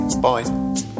Bye